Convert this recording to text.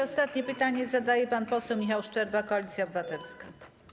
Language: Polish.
Ostatnie pytanie zadaje pan poseł Michał Szczerba, Koalicja Obywatelska.